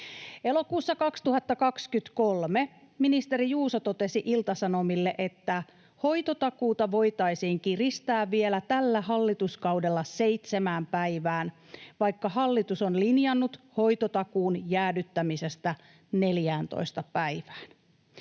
Elokuussa 2023 ministeri Juuso totesi Ilta-Sanomille, että hoitotakuuta voitaisiin kiristää vielä tällä hallituskaudella seitsemään päivään, vaikka hallitus on linjannut hoitotakuun jäädyttämisestä 14 päivään.